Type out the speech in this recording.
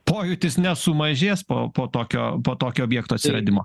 pojūtis nesumažės po po tokio po tokio objekto atsiradimo